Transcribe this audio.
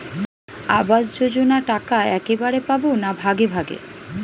আবাস যোজনা টাকা একবারে পাব না ভাগে ভাগে?